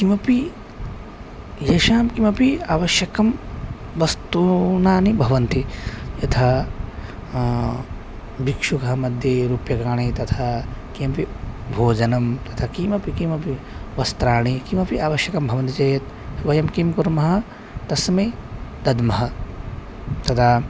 किमपि येषां किमपि आवश्यकानि वस्तूनि भवन्ति यथा भिक्षुकस्य मध्ये रूप्यकाणि तथा किमपि भोजनं तथा किमपि किमपि वस्त्राणि किमपि आवश्यकानि भवन्ति चेत् वयं किं कुर्मः तस्मै दद्मः तदा